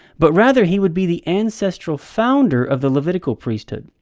but rather, he would be the ancestral founder of the levitical priesthood.